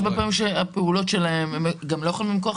הרבה פעמים הפעולות שלהם הם גם לא יכולים עם כוח